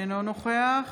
אינו נוכח